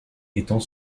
étant